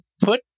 put